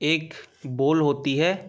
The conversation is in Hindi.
एक बोल होती है